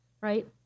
right